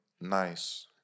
nice